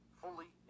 fully